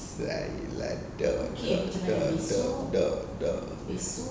I like the the the the the the